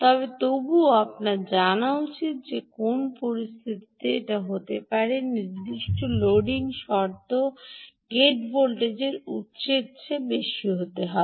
তবে তবুও আপনার জানা উচিত যে কোনও পরিস্থিতি হতে পারে যেখানে নির্দিষ্ট লোডিং শর্তে গেটের ভোল্টেজ উত্সের চেয়ে বেশি দিতে হবে